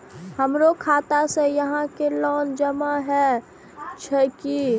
हमरो खाता से यहां के लोन जमा हे छे की ने?